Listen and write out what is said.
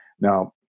now